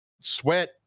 sweat